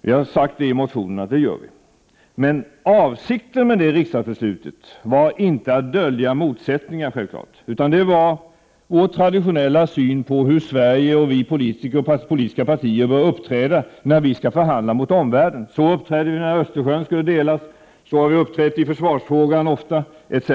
Vi har i vår motion sagt att det gör vi. Men avsikten med det riksdagsbeslutet var självklart inte att dölja motsättningar, utan avsikten var att redovisa vår traditionella syn på hur Sverige och vi politiker inom de olika partierna bör uppträda när vi skall förhandla med omvärlden. Så uppträdde vi när Östersjön skulle delas, så har vi ofta uppträtt i försvarsfrågan etc.,